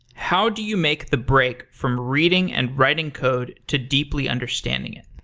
how do you make the break from reading and writing code to deeply understanding it?